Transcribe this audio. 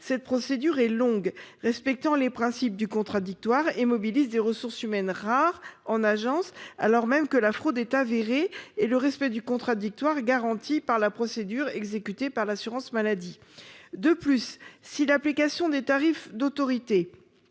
cette procédure est longue, car elle respecte le principe du contradictoire, et mobilise des ressources humaines rares en agence, alors même que la fraude est avérée et le respect du contradictoire garanti par la procédure exécutée par l’assurance maladie. De plus, si l’application des tarifs d’autorité